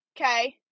okay